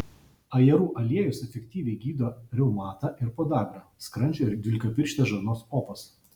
ajerų aliejus efektyviai gydo reumatą ir podagrą skrandžio ir dvylikapirštės žarnos opas